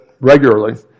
regularly